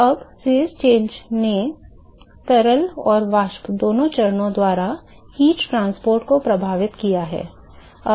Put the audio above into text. तो अब चरण परिवर्तन ने तरल और वाष्प दोनों चरणों द्वारा ऊष्मा परिवहन को प्रभावित किया है